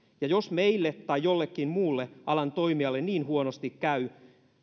ja jos meille tai jollekin muulle alan toimijalle niin huonosti käy